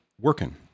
working